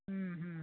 ಹ್ಞೂ ಹ್ಞೂ